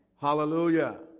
Hallelujah